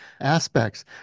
aspects